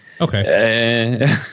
Okay